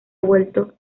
vuelto